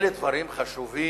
אלה דברים חשובים.